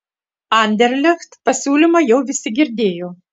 anderlecht pasiūlymą jau visi girdėjo